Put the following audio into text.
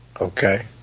Okay